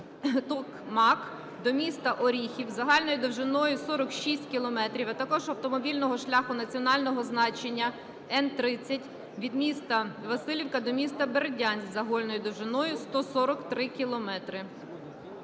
Токмак до міста Оріхів загальною довжиною 46 кілометрів, а також автомобільного шляху національного значення H-30 від міста Василівка до міста Бердянськ загальною довжиною 143 кілометри.